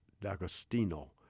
D'Agostino